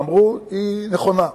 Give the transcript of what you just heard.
אמרו שהיא נכונה,